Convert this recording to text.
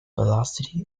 velocity